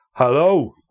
Hello